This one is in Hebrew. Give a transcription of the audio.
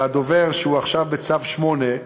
והדובר, שהוא עכשיו בצו 8,